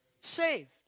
Saved